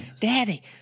Daddy